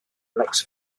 elects